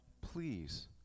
please